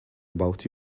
about